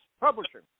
publishing